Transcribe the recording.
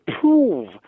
prove